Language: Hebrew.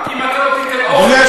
לא לא,